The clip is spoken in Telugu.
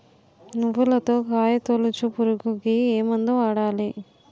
నువ్వులలో కాయ తోలుచు పురుగుకి ఏ మందు వాడాలి?